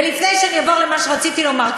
ולפני שאני אעבור למה שרציתי לומר,